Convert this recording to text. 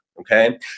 Okay